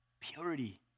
purity